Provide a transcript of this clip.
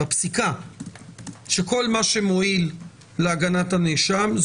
בכל מה שמועיל להגנת הנאשם,